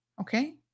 okay